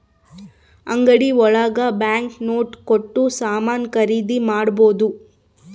ಅಂಗಡಿ ಒಳಗ bank note ಕೊಟ್ಟು ಸಾಮಾನ್ ಖರೀದಿ ಮಾಡ್ಬೋದು